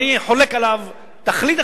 אני חולק עליו בתכלית,